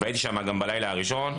הייתי שם גם בלילה הראשון.